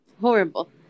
Horrible